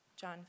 John